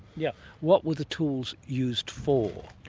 yeah what were the tools used for?